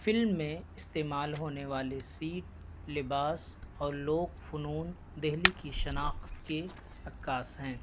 film میں استعمال ہونے والے سیٹ لباس اور لوک فنون دہلی کی شناخت کے عکاس ہیں